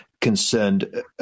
concerned